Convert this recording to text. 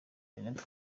jeannette